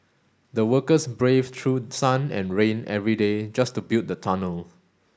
the workers braved through sun and rain every day just to build the tunnel